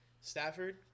Stafford